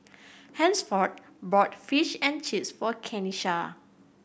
Hansford bought Fish and Chips for Kenisha